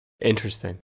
Interesting